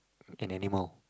an animal